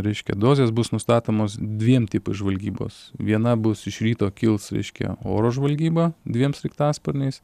reiškia dozės bus nustatomos dviem tipais žvalgybos viena bus iš ryto kils reiškia oro žvalgyba dviem sraigtasparniais